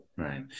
Right